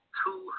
two